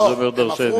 וזה אומר דורשני.